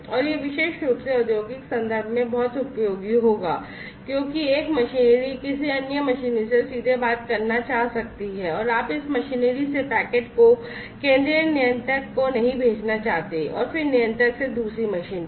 और यह विशेष रूप से औद्योगिक संदर्भ में बहुत उपयोगी होगा क्योंकि एक मशीनरी किसी अन्य मशीनरी से सीधे बात करना चाह सकती है और आप इस मशीनरी से पैकेट को केंद्रीय नियंत्रक को नहीं भेजना चाहते हैं और फिर नियंत्रक से दूसरी मशीन पर